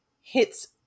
hits